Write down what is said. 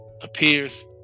appears